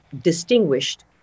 distinguished